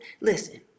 listen